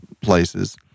places